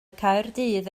caerdydd